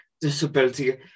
disability